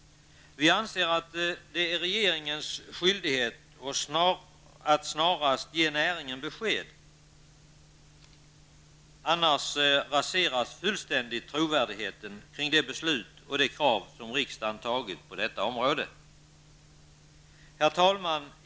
Vi anser att det är regeringens skyldighet att snarast ge näringen besked, annars raseras fullständigt trovärdigheten kring besluten och de krav som riksdagen har ställt på detta område. Herr talman!